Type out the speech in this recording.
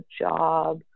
job